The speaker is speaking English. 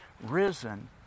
risen